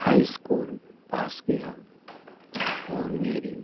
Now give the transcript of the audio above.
high school pass किया और मेरी